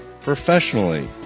professionally